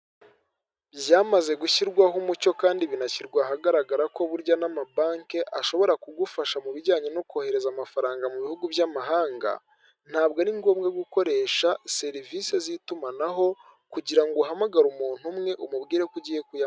Byamaze gushyirwaho umucyo kandi binashyirwa ahagaragara ko burya n'amabanki ashobora kugufasha mu bijyanye no kohereza amafaranga mu bihugu by'amahanga, ntabwo ari ngombwa gukoresha serivisi z'itumanaho kugirango uhamagare umuntu umwe umubwire ko ugiye kuya....